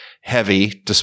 heavy